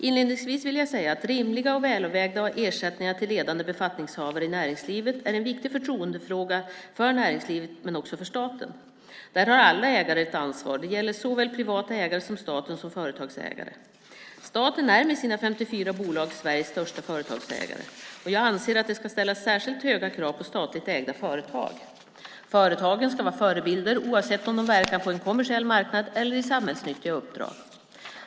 Inledningsvis vill jag säga att rimliga och välavvägda ersättningar till ledande befattningshavare i näringslivet är en viktig förtroendefråga för näringslivet men också för staten. Där har alla ägare ett ansvar. Det gäller såväl privata ägare som staten som företagsägare. Staten är med sina 54 bolag Sveriges största företagsägare. Jag anser att det ska ställas särskilt höga krav på statligt ägda företag. Företagen ska vara förebilder, oavsett om de verkar på en kommersiell marknad eller i samhällsnyttiga uppdrag.